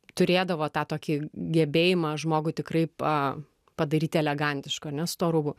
turėdavo tą tokį gebėjimą žmogų tikrai pa padaryti elegantišką ane su tuo rūbu